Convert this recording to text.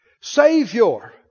Savior